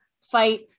fight